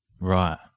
right